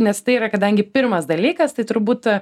nes tai yra kadangi pirmas dalykas tai turbūt